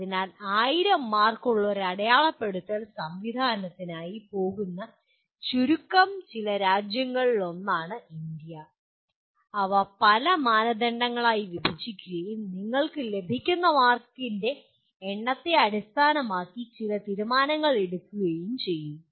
അതിനാൽ 1000 മാർക്കുകളുള്ള ഒരു അടയാളപ്പെടുത്തൽ സംവിധാനത്തിനായി പോകുന്ന ചുരുക്കം ചില രാജ്യങ്ങളിൽ ഒന്നാണ് ഇന്ത്യ അവ പല മാനദണ്ഡങ്ങളായി വിഭജിക്കുകയും നിങ്ങൾക്ക് ലഭിക്കുന്ന മാർക്കിന്റെ എണ്ണത്തെ അടിസ്ഥാനമാക്കി ചില തീരുമാനങ്ങൾ എടുക്കുകയും ചെയ്യും